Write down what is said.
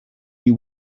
you